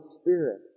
Spirit